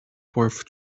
worth